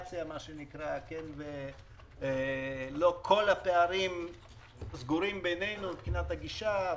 לא כל הפערים סגורים בינינו מבחינת הגישה.